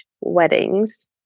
weddings